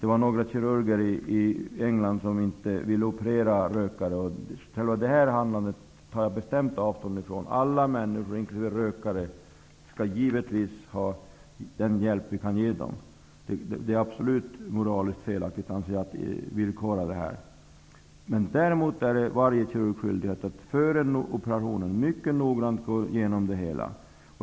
Det var några kirurger i England som inte ville operera rökare. Detta handlande tar jag bestämt avstånd från. Alla människor, inkl. rökare, skall givetvis ha den hjälp som vi kan ge dem. Jag anser att det moraliskt är absolut fel att villkora detta. Däremot är varje kirurg skyldig att före operationen mycket noggrant gå igenom det hela.